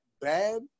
bad